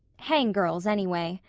hang girls, anyway.